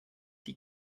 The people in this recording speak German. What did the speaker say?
die